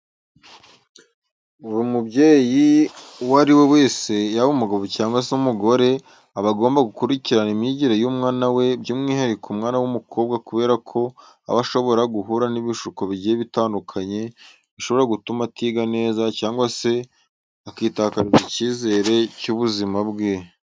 Buri mubyeyi uwo ari we wese, yaba umugabo cyangwa se umugore, aba agomba gukurikirana imyigire y'umwana we by'umwihariko umwana w'umukobwa kubera ko aba ashobora guhura n'ibishuko bigiye bitandukanye bishobora gutuma atiga neza cyangwa se akitakariza icyizere cy'ubuzima bwe.